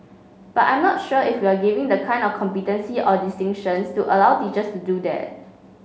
but I'm not sure if we're giving the kind of competency or distinctions to allow teachers to do that